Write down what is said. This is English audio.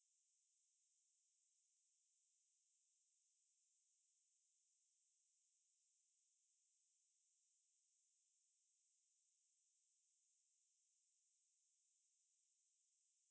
I already do the first draft now since you are very good at video editing you have at least something to edit now you go and edit whatever you think needs to be edited the transition of music or whatever அவன் ஒன்னும் புடுங்கலை:avan onnum pudungalai dah